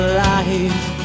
life